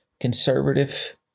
conservative